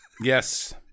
Yes